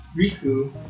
Riku